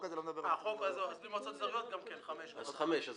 החוק הזה לא מדבר --- גם חמש --- אז